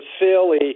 Philly